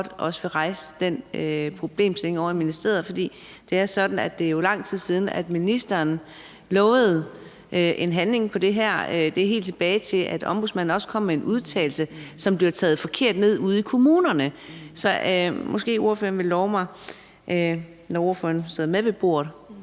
godt vil rejse den problemstilling ovre i ministeriet. For det er sådan, at det jo er lang tid siden, at ministeren lovede en handling på det her område. Det er helt tilbage til, at Ombudsmanden også kom med en udtalelse, som blev taget forkert ned ude i kommunerne. Så måske ordføreren vil love mig, når ordføreren sidder med ved bordet